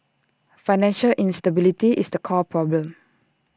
financial instability is the core problem